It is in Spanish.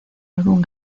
álbum